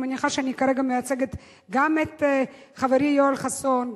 אני מניחה שאני כרגע מייצגת גם את חברי יואל חסון,